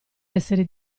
essere